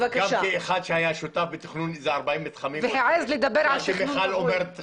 כאחד שהיה שותף בתכנון ארבעים מתחמים -- והעז לדבר על ----- בקרקע